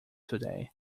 today